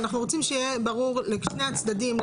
אנחנו רוצים שיהיה ברור לשני הצדדים,